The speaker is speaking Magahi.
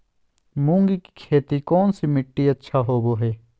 मूंग की खेती कौन सी मिट्टी अच्छा होबो हाय?